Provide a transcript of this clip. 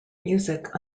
music